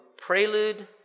Prelude